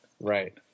right